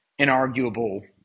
inarguable